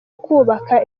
kubaka